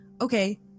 Okay